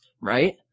Right